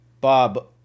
Bob